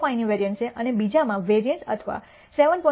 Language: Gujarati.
05 ની વેરિઅન્સ છે અને બીજામાં વેરિઅન્સ અથવા 7